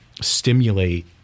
stimulate